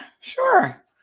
sure